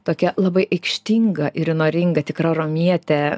tokia labai aikštinga ir įnoringa tikra romietė